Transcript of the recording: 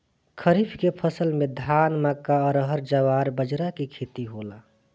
खरीफ के फसल में धान, मक्का, अरहर, जवार, बजरा के खेती होला